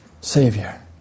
Savior